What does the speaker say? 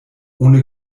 ohne